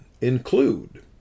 include